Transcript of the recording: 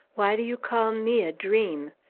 why do you call me a dream?